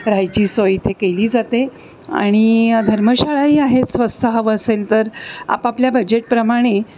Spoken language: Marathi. राहायची सोय इथे केली जाते आणि धर्मशाळाही आहेत स्वस्थ हवं असेल तर आपापल्या बजेटप्रमाणे